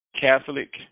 Catholic